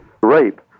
rape